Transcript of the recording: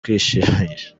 kwishimisha